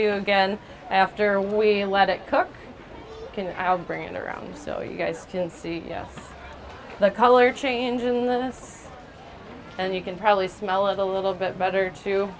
you again after we let it cook in i'll bring it around so you guys can see the color change in the us and you can probably smell of a little bit better too